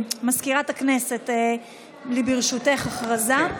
מזכירת הכנסת, ברשותך, הודעה.